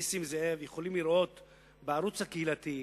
בערוץ הקהילתי,